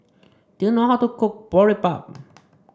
do you know how to cook Boribap